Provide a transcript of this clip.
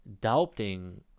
doubting